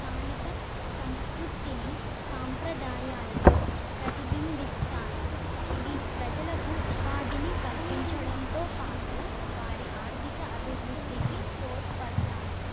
స్థానిక సంస్కృతిని సాంప్రదాయాలను ప్రతిబింబిస్తాయి ఇవి ప్రజలకు ఉపాధిని కల్పించడంతో పాటు వారి ఆర్థిక అభివృద్ధికి తోడ్పడతాయి